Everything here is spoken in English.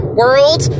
world